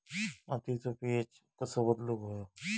मातीचो पी.एच कसो बदलुक होयो?